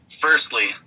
Firstly